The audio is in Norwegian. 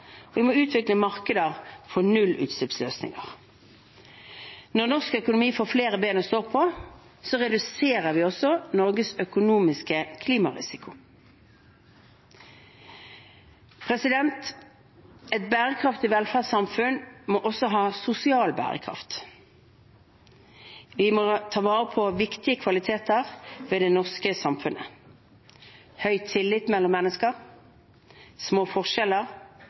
og vi må utvikle markeder for nullutslippsløsninger. Når norsk økonomi får flere ben å stå på, reduserer vi også Norges økonomiske klimarisiko. Et bærekraftig velferdssamfunn må også ha sosial bærekraft. Vi må ta vare på viktige kvaliteter ved det norske samfunnet: høy tillit mellom mennesker, små forskjeller,